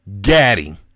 Gaddy